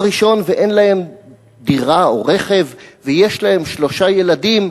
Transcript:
ראשון ואין להם דירה או רכב ויש להם שלושה ילדים,